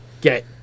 get